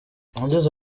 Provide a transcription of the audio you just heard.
yagize